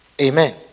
Amen